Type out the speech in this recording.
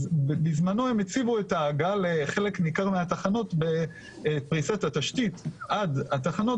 אז בזמנו הם הציבו את ההגעה לחלק ניכר מהתחנות בפריסת התשתית עד התחנות,